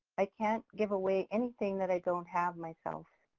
i can't give away anything that i don't have myself.